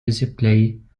displaying